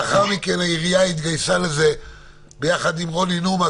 לאחר מכן העירייה התגייסה לזה ביחד עם רוני נומה,